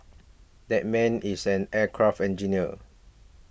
that man is an aircraft engineer